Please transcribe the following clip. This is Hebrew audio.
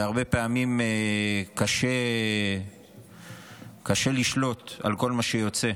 והרבה פעמים קשה לשלוט על כל מה שיוצא.